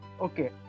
Okay